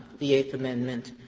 the eighth amendment.